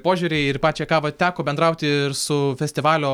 požiūriai ir į pačią kavą teko bendrauti ir su festivalio